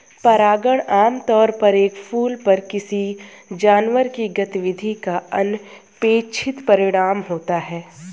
परागण आमतौर पर एक फूल पर किसी जानवर की गतिविधि का अनपेक्षित परिणाम होता है